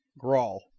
Grawl